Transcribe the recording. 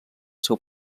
seu